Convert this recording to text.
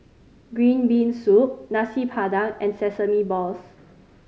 green bean soup Nasi Padang and sesame balls